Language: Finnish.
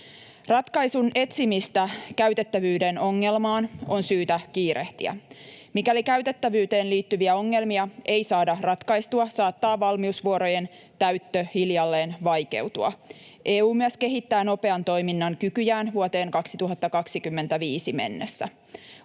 Ratkaisun etsimistä käytettävyyden ongelmaan on syytä kiirehtiä. Mikäli käytettävyyteen liittyviä ongelmia ei saada ratkaistua, saattaa valmiusvuorojen täyttö hiljalleen vaikeutua. EU myös kehittää nopean toiminnan kykyjään vuoteen 2025 mennessä.